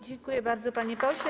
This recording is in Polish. Dziękuję bardzo, panie pośle.